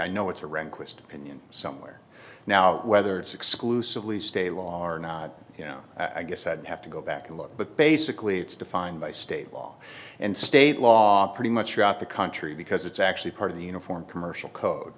i know it's a rehnquist opinion somewhere now whether it's exclusively state law or not you know i guess i'd have to go back and look but basically it's defined by state law and state law pretty much throughout the country because it's actually part of the uniform commercial code